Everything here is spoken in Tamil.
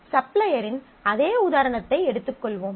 சப்ளையரின் அதே உதாரணத்தை எடுத்துக்கொள்வோம்